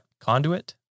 Conduit